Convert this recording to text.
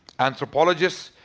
anthropologists,